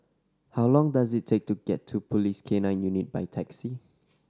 how long does it take to get to Police K Nine Unit by taxi